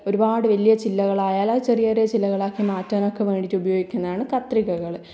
ഒരുപാട് വലിയ ചില്ലകളായാൽ അത് ചെറിയ ചെറിയ ചില്ലകളാക്കി മാറ്റാനൊക്കെ വേണ്ടിയിട്ട് ഉപയോഗിക്കുന്നതാണ് കത്രികകൾ